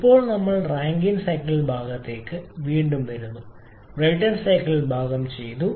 ഇപ്പോൾ ഞങ്ങൾ Rankine cycle ഭാഗത്തേക്ക് വരുന്നു ബ്രൈറ്റൺ സൈക്കിൾ ഭാഗം ചെയ്തു